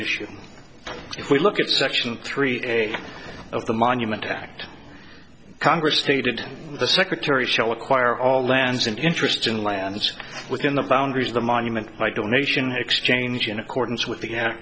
issue if we look at section three of the monument act congress stated the secretary shall acquire all lands and interest in lands within the boundaries of the monument by donation exchange in accordance with the